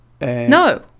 No